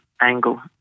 angle